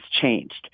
changed